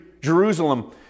Jerusalem